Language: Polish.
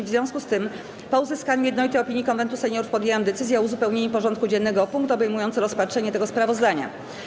W związku z tym, po uzyskaniu jednolitej opinii Konwentu Seniorów, podjęłam decyzję o uzupełnieniu porządku dziennego o punkt obejmujący rozpatrzenie tego sprawozdania.